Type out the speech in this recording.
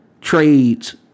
trades